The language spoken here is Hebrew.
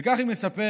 וכך היא מספרת